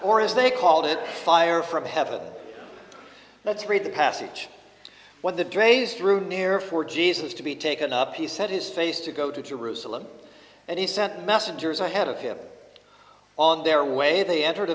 or as they called it fire from heaven let's read the passage when the drains through near for jesus to be taken up he said his face to go to jerusalem and he sent messengers ahead of him on their way they entered